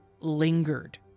lingered